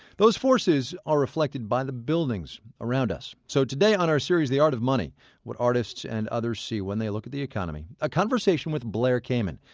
those forces are reflected by the buildings around us so today in our series the art of money what artists and others see when they look at the economy a conversation with blair kamin.